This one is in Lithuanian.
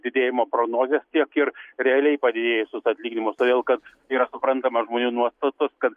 didėjimo prognozes tiek ir realiai padidėjusius atlyginimus todėl kad yra suprantama žmonių nuostatos kad